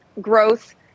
growth